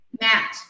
Matt